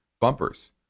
bumpers